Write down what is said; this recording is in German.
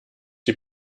die